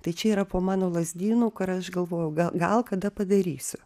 tai čia yra po mano lazdynu kur aš galvojau ga gal kada padarysiu